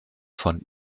von